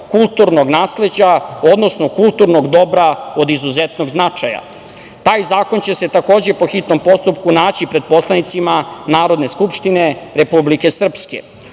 kulturnog nasleđa, odnosno kulturnog dobra od izuzetnog značaja. Taj zakon će se takođe po hitnom postupku naći pred poslanicima Narodne skupštine Republike Srpske. Ovim